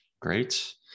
Great